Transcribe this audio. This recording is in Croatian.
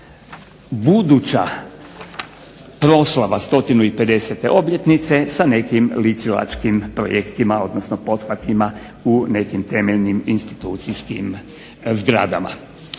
buduća proslava 150 obljetnice sa nekim ličilačkim projektima, odnosno pothvatima u nekim temeljnim institucijskim zgradama.